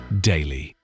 daily